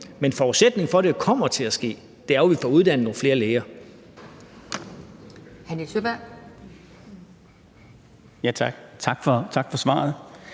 Men forudsætningen for, at det kommer til at ske, er jo, at vi får uddannet nogle flere læger.